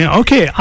okay